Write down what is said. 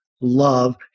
love